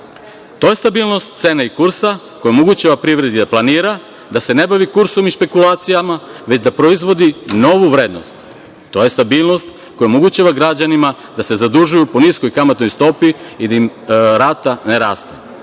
To je stabilnost cene i kursa koja omogućava privredi da planira, da se ne bavi kursom i špekulacijama, već da proizvodi novu vrednost. To je stabilnost koja omogućava građanima da se zadužuju po niskoj kamatnoj stopi i da im rata ne raste.